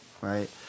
right